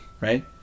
right